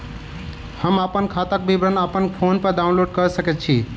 हम अप्पन खाताक विवरण अप्पन फोन पर डाउनलोड कऽ सकैत छी?